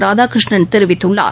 ராதாகிருஷ்ணன் தெரிவித்துள்ளார்